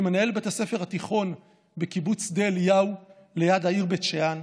כמנהל בית הספר התיכון בקיבוץ שדה אליהו ליד העיר בית שאן,